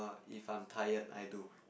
if I am tired I do